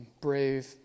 brave